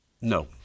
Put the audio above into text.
No